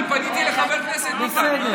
אני פניתי לחבר הכנסת ביטן.